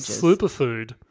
superfood